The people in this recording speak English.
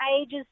ages